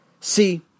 See